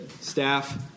staff